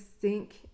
sink